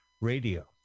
Radio